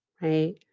right